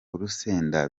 urusenda